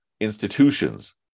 institutions